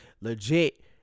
legit